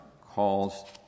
calls